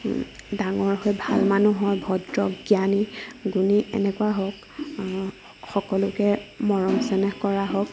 ডাঙৰ হৈ ভাল মানুহ হয় ভদ্ৰ জ্ঞানী গুণী এনেকুৱা হওক সকলোকে মৰম চেনেহ কৰা হওক